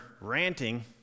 ranting